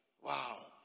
Wow